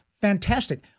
fantastic